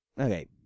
okay